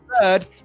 third